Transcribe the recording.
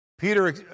Peter